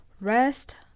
rest